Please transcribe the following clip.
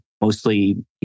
Mostly